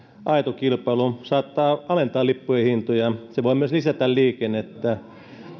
aito kilpailu saattaa alentaa lippujen hintoja se voi myös lisätä liikennettä